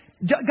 God